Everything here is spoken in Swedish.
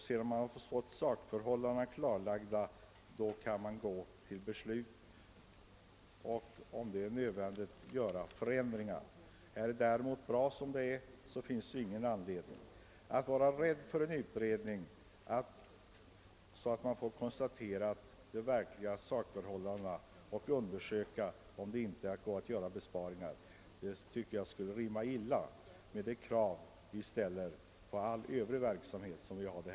Sedan detta är gjort kan man besluta om förändringar, därest ' så skulle visa sig nödvändigt. Om däremot allt är bra: som det är, finns det självfallet ingen anledning till: några ingrepp. Men att vara rädd för en utredning som syftar till att klarlägga de verkliga sakförhållandena och undersöka möjligheterna att göra besparingar tycker jag rimmar illa med de krav vi ställer på all annan verksamhet här i landet.